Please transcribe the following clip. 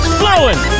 flowing